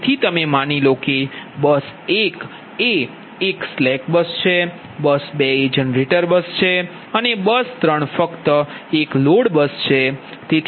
તેથી તમે માની લો કે બસ 1 એ એક સ્લેક બસ છે બસ 2 એ જનરેટર બસ છે અને બસ 3 ફક્ત એક લોડ બસ છે